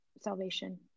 salvation